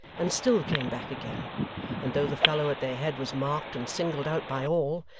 and still came back again and though the fellow at their head was marked and singled out by all,